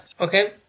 Okay